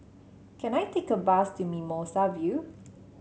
can I take a bus to Mimosa View